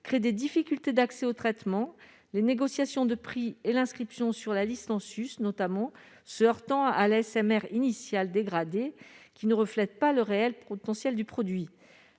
crée des difficultés d'accès au traitement, les négociations de prix et l'inscription sur la liste en Suisse notamment, se heurtant à laisser initial dégradé qui ne reflète pas le réel potentiel du produit,